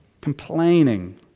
complaining